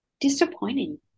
disappointing